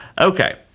Okay